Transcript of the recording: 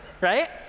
right